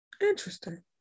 interesting